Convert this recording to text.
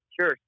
Sure